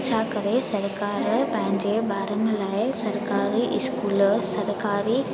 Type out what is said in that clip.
छा करे सरकारु पंहिंजे ॿारनि लाइ सरकारी स्कूल सरकारी